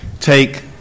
take